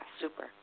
Super